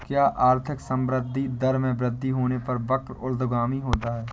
क्या आर्थिक संवृद्धि दर में वृद्धि होने पर वक्र ऊर्ध्वगामी होता है?